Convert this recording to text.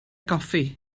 goffi